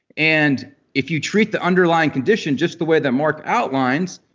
and if you treat the underlying condition just the way that mark outlines,